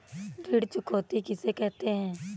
ऋण चुकौती किसे कहते हैं?